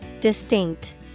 Distinct